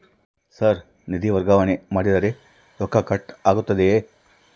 Sir ನಿಧಿ ವರ್ಗಾವಣೆ ಮಾಡಿದರೆ ರೊಕ್ಕ ಕಟ್ ಆಗುತ್ತದೆಯೆ?